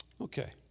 Okay